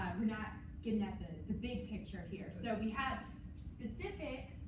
not getting at the the big picture here. so we have specific